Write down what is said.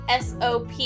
SOP